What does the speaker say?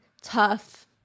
tough